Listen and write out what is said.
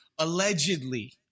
allegedly